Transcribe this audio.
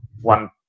one